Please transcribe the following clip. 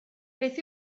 beth